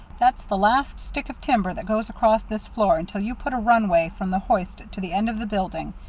that's the last stick of timber that goes across this floor until you put a runway from the hoist to the end of the building.